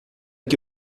que